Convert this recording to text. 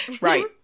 Right